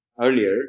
earlier